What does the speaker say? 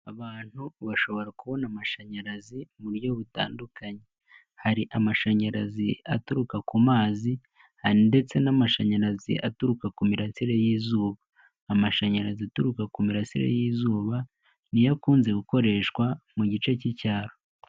Abantu bashobora kubona amashanyarazi mu buryo butandukanye, hari amashanyarazi aturuka ku mazi, hari ndetse n'amashanyarazi aturuka ku mirasire y'izuba. Amashanyarazi aturuka ku mirasire y'izuba, niyo akunze gukoreshwa mu gice k'icyaro.